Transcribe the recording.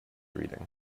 reading